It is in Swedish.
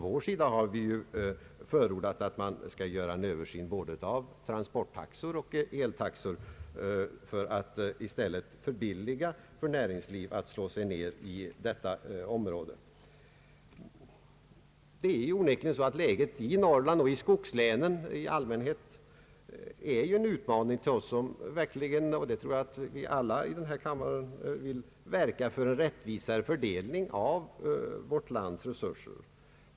Vi har förordat att det skulle göras en översyn av både transporttaxor och eltaxor för att i stället förbilliga för näringslivet att slå sig ned i detta område. Läget i Norrland och skogslänen i allmänhet är onekligen en utmaning till oss som vill verka för en rättvisare fördelning av vårt lands resurser. Jag tror att jag kan räkna alla här i kammaren till den kategorin.